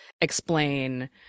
explain